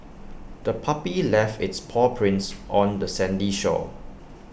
the puppy left its paw prints on the sandy shore